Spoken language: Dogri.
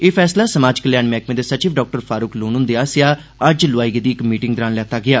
एह फैसला समाज कल्याण मैह्कमे दे सचिव डाक्टर फारूक लोन हुंदे आसेआ अज्ज लोआई गेदी इक मीटिंग दौरान लैता गेआ